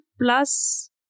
plus